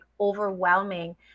overwhelming